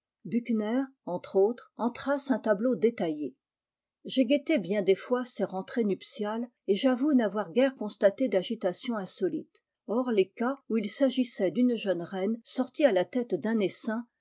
entre autres en trace un tableau détaillé j'ai guetté bien des fois ces rentrées nuptiales et j'avoue n'avoir guère constaté d'agitation insolite hors les cas où il s'agissait d'une jeune reine sortie à la tête d'un essaim